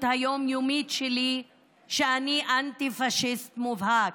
היום-יומית שלי היא שאני אנטי-פשיסט מובהק.